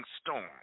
storm